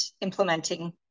implementing